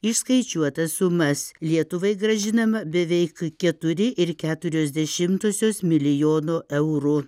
išskaičiuotas sumas lietuvai grąžinama beveik keturi ir keturios dešimtosios milijono eurų